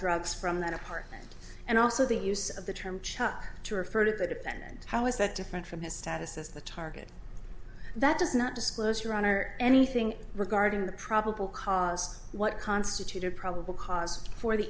drugs from that apartment and also the use of the term chuck to refer to the defendant how is that different from his status as the target that does not disclose your honor anything regarding the probable cause what constituted probable cause for the